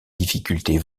difficultés